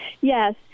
Yes